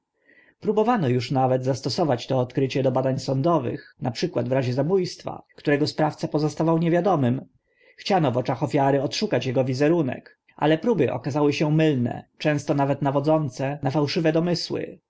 rozeznać próbowano uż nawet zastosować to odkrycie do badań sądowych na przykład w razie zabó stwa którego sprawca pozostawał niewiadomym chciano w oczach ofiary odszukać ego wizerunek ale próby okazały się omylne często nawet nawodzące na fałszywe domysły